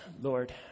Lord